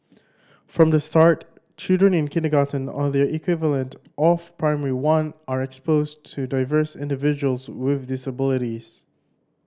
from the start children in kindergarten or their equivalent of Primary One are exposed to diverse individuals with disabilities